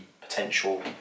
potential